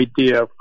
idea